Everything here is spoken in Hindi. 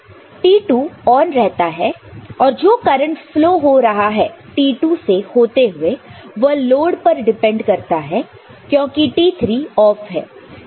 उस वक्त T2 ऑन रहता है और जो करंट फ्लो हो रहा है T2 से होते हुए वह लोड पर डिपेंड करता है क्योंकि T3 ऑफ है